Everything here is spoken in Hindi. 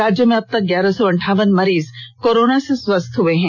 राज्य में अब तक ग्यारह सौ अंठावन मरीज कोरोना से स्वस्थ हो चुके है